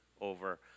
over